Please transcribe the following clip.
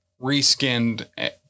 reskinned